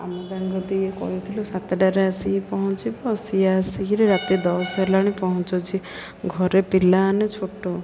ଆମେ ତାଙ୍କୁ ଇଏ କହିଥିଲୁ ସାତଟାରେ ଆସିକି ପହଞ୍ଚିବ ସିଏ ଆସିକରି ରାତି ଦଶ ହେଲାଣି ପହଞ୍ଚୁଛି ଘରେ ପିଲାମାନେ ଛୋଟ